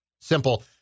simple